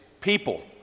people